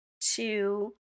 two